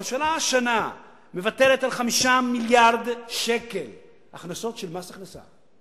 הממשלה השנה מוותרת על 5 מיליארד שקל הכנסות של מס הכנסה.